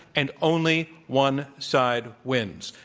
and only one side wins.